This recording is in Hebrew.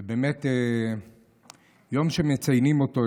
זה באמת יום שמציינים אותו,